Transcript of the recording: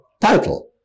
title